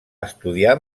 estudiar